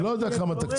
אני לא יודע כמה תקציב.